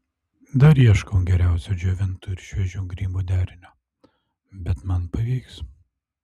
dar ieškau geriausio džiovintų ir šviežių grybų derinio bet man pavyks